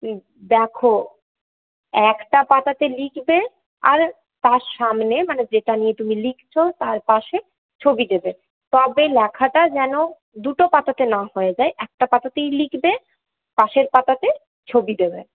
দেখো একটা পাতাতে লিখবে আর তার সামনে মানে যেটা নিয়ে তুমি লিখছো তার পাশে ছবি দেবে তবে লেখাটা যেন দুটো পাতাতে না হয়ে যায় একটা পাতাতেই লিখবে পাশের পাতাতে ছবি দেবে